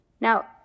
Now